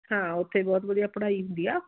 ਹਾਂ ਉਥੇ ਬਹੁਤ ਵਧੀਆ ਪੜ੍ਹਾਈ ਹੁੰਦੀ ਆ